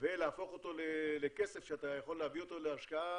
ולהפוך אותו לכסף שאתה יכול להביא את הרווח